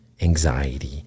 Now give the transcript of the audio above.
anxiety